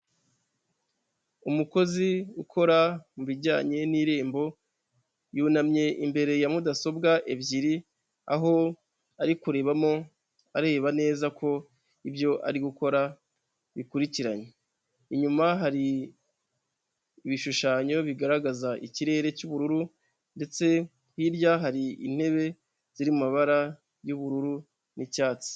Umukozi ukora mubijyanye n'irembo yunamye imbere ya mudasobwa ebyiri, aho ari kurebamo areba neza ko ibyo ari gukora bikurikiranye, inyuma hari ibishushanyo bigaragaza ikirere cy'ubururu ndetse hirya hari intebe ziri mu mabara y'ubururu n'icyatsi.